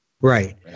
Right